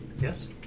Yes